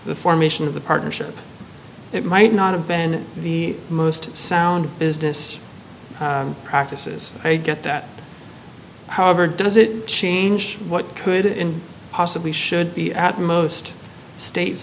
the formation of the partnership it might not have been the most sound business practices i get that however does it change what could in possibly should be at most state